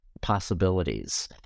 possibilities